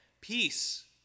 Peace